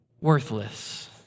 worthless